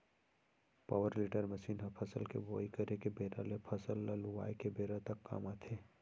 power tiller machine ह फसल के बोवई करे के बेरा ले फसल ल लुवाय के बेरा तक काम आथे